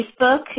Facebook